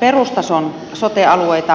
perustason sote alueita